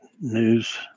news